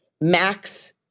Max